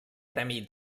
premi